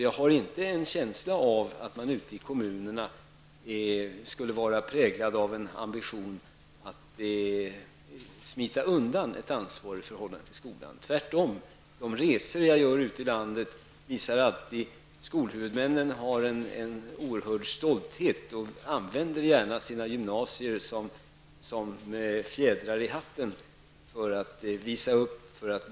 Jag har inte någon känsla av att man ute i kommunerna skulle vara präglad av en ambition att smita undan ansvaret för skolan. Tvärtom visar alltid de resor jag gör ute i landet att skolhuvudmännen är oerhört stolta och gärna använder sina gymnasieskolor som fjädrar i hatten för att ha att visa upp.